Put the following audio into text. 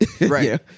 Right